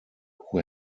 who